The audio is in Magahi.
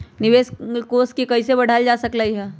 निवेश कोष के कइसे बढ़ाएल जा सकलई ह?